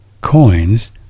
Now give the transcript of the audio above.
coins